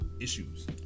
issues